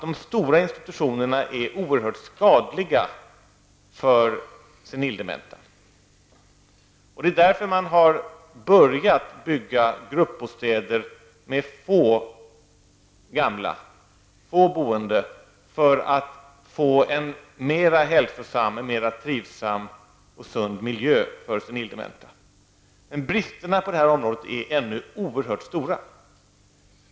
De stora institutionerna är oerhört skadliga för senildementa. Därför har man börjat bygga gruppbostäder med få gamla människor, få boende, för att få en mer hälsosam, trivsam och sund miljö för senildementa. Bristerna på det här området är ännu oerhört stora.